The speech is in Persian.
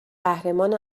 قهرمان